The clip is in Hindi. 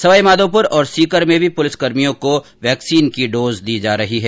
सवाई माधोपुर और सीकर में भी पुलिस कर्मियों को वैक्सीन की डोज दी जा रही है